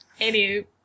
anywho